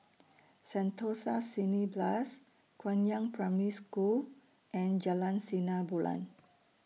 Sentosa Cineblast Guangyang Primary School and Jalan Sinar Bulan